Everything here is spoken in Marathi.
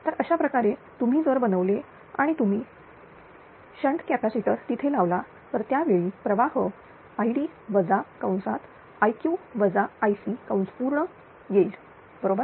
तर अशाप्रकारे तुम्ही जर बनवले आणि तुम्ही शंट कॅपॅसिटर तिथे लावला तर त्यावेळी प्रवाह id येईल बरोबर